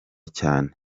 cyane